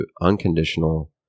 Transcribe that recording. unconditional